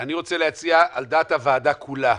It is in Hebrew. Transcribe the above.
אני רוצה להציע על דעת הוועדה כולה,